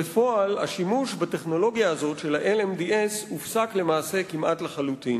בפועל השימוש בטכנולוגיה הזאת של ה-LMDS הופסק למעשה כמעט לחלוטין